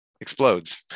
explodes